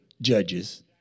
judges